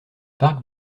parc